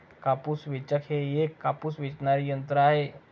कापूस वेचक हे एक कापूस वेचणारे यंत्र आहे